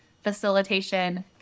facilitation